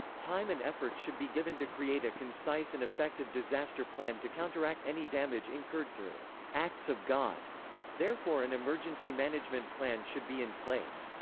time and effort should be given to create a concise and effective disaster plan to counteract any damage incurred through acts of god therefore an emergency management plan should be in place.